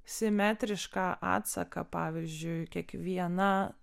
simetrišką atsaką pavyzdžiui kiekviena